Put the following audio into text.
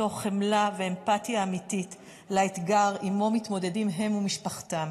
מתוך חמלה ואמפתיה אמיתית לאתגר שעימו מתמודדים הם ומשפחתם.